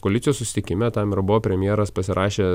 koalicijos susitikime tam ir buvo premjeras pasirašęs